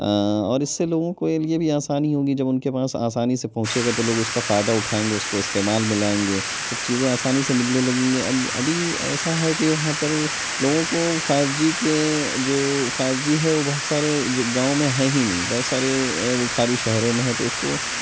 اور اس سے لوگوں کے لیے بھی آسانی ہوں گی جب ان کے پاس آسانی سے پہنچے گا تو لوگ اس کا فائدہ اٹھائیں گے اس کو استعمال میں لائیں گے جب چیزیں آسانی سے ملنے لگیں گی اب ابھی ایسا ہے کہ وہاں پر لوگوں کو فائیو جی کے جو فائیو جی ہے وہ بہت سارے گاؤں میں ہے ہی نہیں بہت سارے وہ خالی شہروں میں ہے تو اس کو